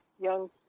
young